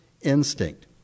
instinct